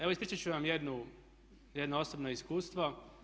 Evo ispričat ću vam jedno osobno iskustvo.